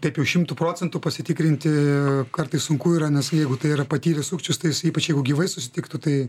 taip jau šimtu procentų pasitikrinti kartais sunku yra nes jeigu tai yra patyręs sukčius tai jis ypač jeigu gyvai susitiktų tai